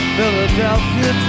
Philadelphia